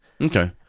Okay